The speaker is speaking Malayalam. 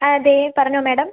അതെ പറഞ്ഞോളൂ മാഡം